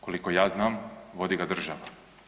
Koliko ja znam vodi ga država.